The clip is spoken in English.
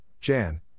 Jan